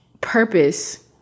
purpose